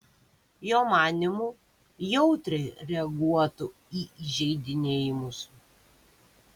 jo manymu jautriai reaguotų į įžeidinėjimus